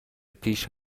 پیش